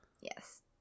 Yes